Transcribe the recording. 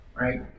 right